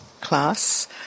class